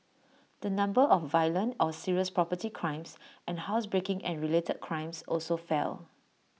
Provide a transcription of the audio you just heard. the number of violent or serious property crimes and housebreaking and related crimes also fell